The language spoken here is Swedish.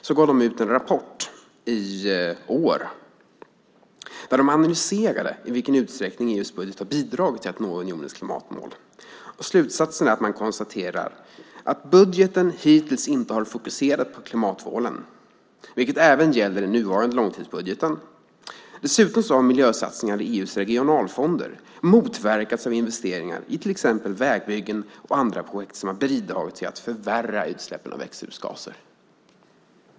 De gav ut en rapport i år, där de analyserar i vilken utsträckning EU:s budget har bidragit till att nå unionens klimatmål. Slutsatsen är att budgeten hittills inte har fokuserat på klimatförhållanden, vilket även gäller den nuvarande långtidsbudgeten. Dessutom har miljösatsningar i EU:s regionalfonder motverkats av investeringar i till exempel vägbyggen och andra projekt som har bidragit till att förvärra utsläppen av växthusgaser.